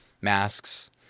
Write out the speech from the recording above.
masks